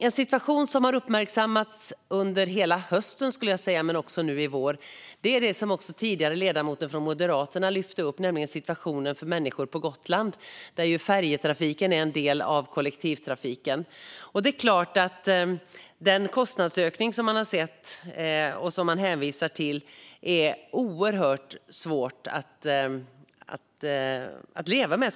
En situation som har uppmärksammats under hela hösten men också nu i vår är det som den tidigare ledamoten från Moderaterna lyfte fram, nämligen situationen för människor på Gotland där färjetrafiken är en del av kollektivtrafiken. Det är klart att den kostnadsökning som man har sett och som man hänvisar till är oerhört svår att leva med.